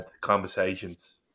conversations